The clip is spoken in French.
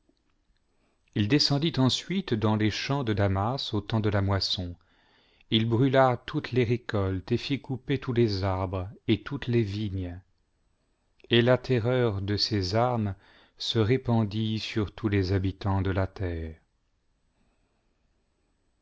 if descendit ensuite dans les champs de damas au temps de la moisson il brûla toutes les récoltes et fit couper tous les arbres et toutes les vignes et la terreur de ses armes se répandit sur tous les habitants de la terre